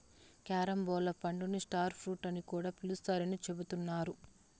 carambola పండుని star fruit అని కూడా పిలుత్తారని చెబుతున్నారు